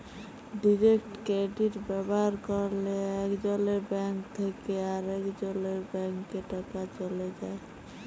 direct credit ব্যাভার ক্যরলে একজলের ব্যাংক থ্যাকে আরেকজলের ব্যাংকে টাকা চ্যলে যায়